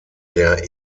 der